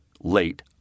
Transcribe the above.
late